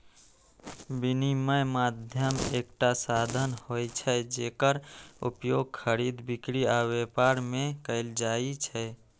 विनिमय माध्यम एकटा साधन होइ छै, जेकर उपयोग खरीद, बिक्री आ व्यापार मे कैल जाइ छै